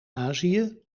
azië